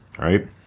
right